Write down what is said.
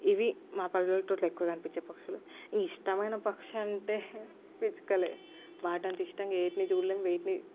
ఇవి మా పల్లెటూరులో ఎక్కువ కనిపించే పక్షులు ఇంక ఇష్టమైన పక్షి అంటే పిచ్చుకలే వాటి అంత ఇష్టంగా వేటినీ చూడలేము వేటినీ